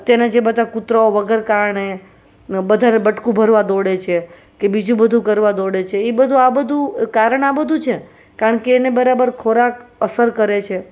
અત્યારના જે બધા કૂતરાઓ વગર કારણે બધાને બટકું ભરવા દોડે છે કે બીજું બધું કરવા દોડે છે એ બધું આ બધું કારણ આ બધું છે કારણ કે એને બરાબર ખોરાક અસર કરે છે